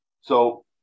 So-